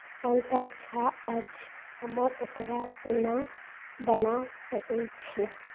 पङ्कज झा अछि हमर ओकरा कोना बना सकैत छी